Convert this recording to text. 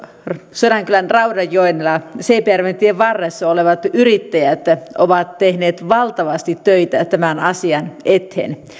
sodankylän raudanjoella seipäjärventien varressa olevat yrittäjät ovat tehneet valtavasti töitä tämän asian eteen